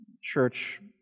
church